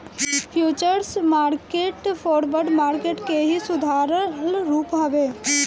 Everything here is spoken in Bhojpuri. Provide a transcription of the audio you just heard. फ्यूचर्स मार्किट फॉरवर्ड मार्किट के ही सुधारल रूप हवे